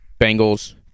Bengals